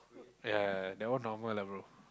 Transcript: ya ya ya that one normal lah bro